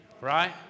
right